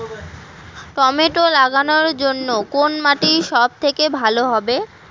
Tomato লাগানোর জন্যে কোন মাটি সব থেকে ভালো হবে?